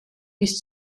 bis